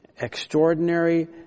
extraordinary